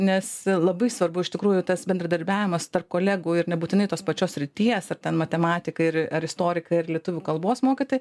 nes labai svarbu iš tikrųjų tas bendradarbiavimas tarp kolegų ir nebūtinai tos pačios srities ar ten matematikai ir ar istorikai ir lietuvių kalbos mokytojai